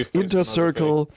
intercircle